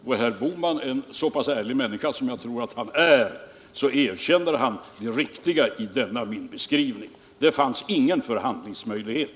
Om herr Bohman är en så pass ärlig människa som jag tror att han är, så erkänner han det riktiga i denna min beskrivning. Det fanns ingen förhandlingsmöjlighet.